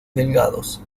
delgados